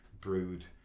brewed